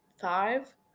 five